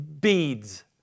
beads